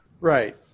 Right